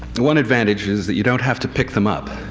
the one advantage is that you don't have to pick them up,